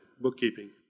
bookkeeping